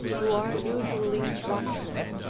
who are usually watchmen,